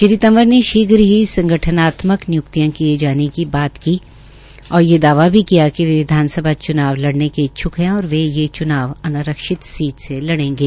श्री तंवर ने शीघ्र ही संगठनात्मक नियुक्तियां किए जाने की बात की ओर ये दावा भी किया कि वे विधानसभा च्नाव लड़ने के इच्छ्क है और और वे ये च्नाव अनारक्षित सीट से लड़ेगे